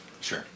Sure